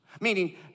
Meaning